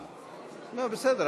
הנחה.